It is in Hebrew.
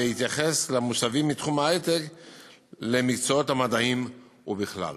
רכיבי השכר של עובדי הוראה נקבעים על-פי פרמטרים של ותק ודרגת השכלה.